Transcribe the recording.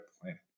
planet